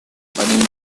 venim